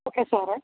okay സാറെ